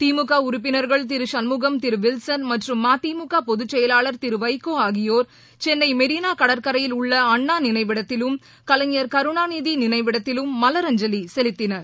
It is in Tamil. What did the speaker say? திமுக உறுப்பினர்கள் திரு சண்முகம் திரு வில்சன் மற்றும் மதிமுக பொதுச் செயலாளர் திரு வைகோ ஆகியோர் சென்னை மெரினா கடற்கரையில் உள்ள அண்ணா நினைவிடத்திலும் கலைஞர் கருணாநிதி நினைவிடத்திலும் மலரஞ்சலி செலுத்தினர்